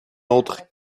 autre